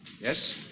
Yes